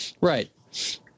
right